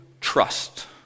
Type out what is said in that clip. Trust